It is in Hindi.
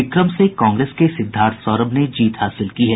बिक्रम से कांग्रेस के सिद्धार्थ सौरभ ने जीत हासिल की है